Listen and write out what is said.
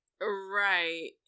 Right